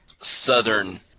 southern